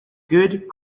good